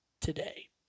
today